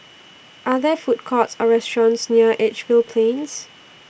Are There Food Courts Or restaurants near Edgefield Plains